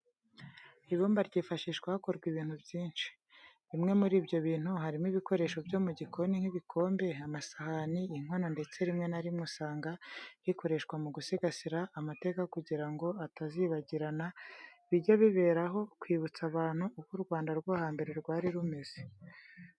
Ibumba ryifashishwa hakorwa ibintu byinshi. Bimwe muri ibyo bintu harimo ibikoresho byo mu gikoni nk'ibikombe, amasahani, inkono ndetse rimwe na rimwe usanga rikoreshwa mu gusigasira amateka kugira ngo atazibagirana, bijye biberaho kwibutsa abantu uko u Rwanda rwo hambere rwari rumeze.